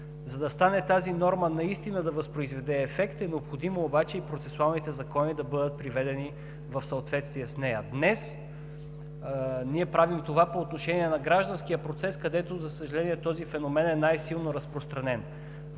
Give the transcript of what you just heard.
власт. Тази норма, за да възпроизведе наистина ефект, е необходимо обаче и процесуалните закони да бъдат приведени в съответствие с нея. Днес ние правим това по отношение на гражданския процес, където, за съжаление, този феномен е най-силно разпространен.